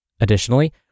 Additionally